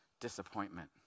Disappointment